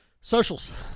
Socials